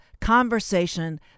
conversation